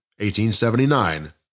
1879